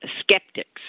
skeptics